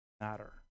matter